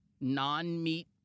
non-meat